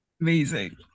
Amazing